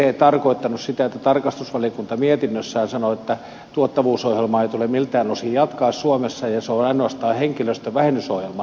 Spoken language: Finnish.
ei tarkastusvaliokunta mietinnössään tarkoittanut sitä että tuottavuusohjelmaa ei tule miltään osin jatkaa suomessa ja se on ainoastaan henkilöstön vähennysohjelma